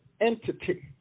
entity